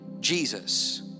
Jesus